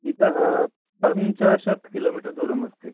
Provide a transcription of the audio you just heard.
इतः पञ्चाशत् किलोमिटर् दूरमस्ति